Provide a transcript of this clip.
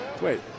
Wait